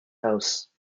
house